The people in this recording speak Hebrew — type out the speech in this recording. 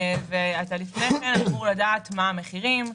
אתה לפני כן אמור לדעת מה המחירים,